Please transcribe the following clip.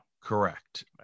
Correct